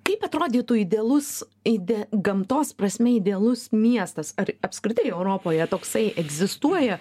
kaip atrodytų idealus ide gamtos prasme idealus miestas ar apskritai europoje toksai egzistuoja